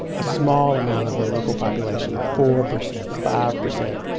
a small amount of the local population four percent, five percent.